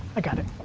i got it.